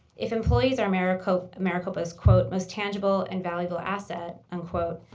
if employees are maricopa's um maricopa's quote most tangible and valuable asset, unquote,